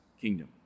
kingdom